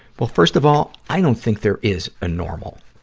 well, first of all, i don't think there is a normal.